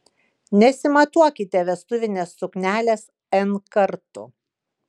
nesimatuokite vestuvinės suknelės n kartų